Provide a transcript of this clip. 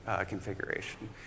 configuration